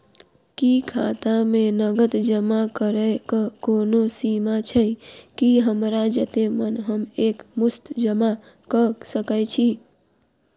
की खाता मे नगद जमा करऽ कऽ कोनो सीमा छई, की हमरा जत्ते मन हम एक मुस्त जमा कऽ सकय छी?